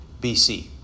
BC